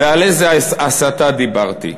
ועל איזה הסתה דיברתי?